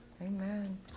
Amen